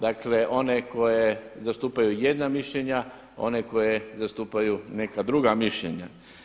Dakle, one koje zastupaju jedna mišljenja, one koje zastupaju neka druga mišljenja.